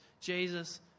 Jesus